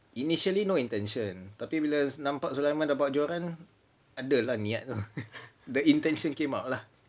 initially no intention tapi bila dah nampak sulaiman keluarkan joran tu the intention came out lah